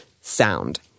sound